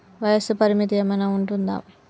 వయస్సు పరిమితి ఏమైనా ఉంటుందా?